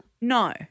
No